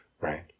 right